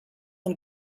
and